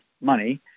money